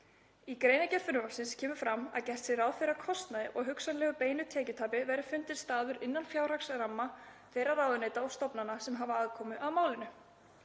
Í greinargerð frumvarpsins kemur fram að gert sé ráð fyrir að kostnaði og hugsanlegu beinu tekjutapi verði fundinn staður innan fjárhagsramma þeirra ráðuneyta og stofnana sem hafa aðkomu að málinu.